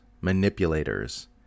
manipulators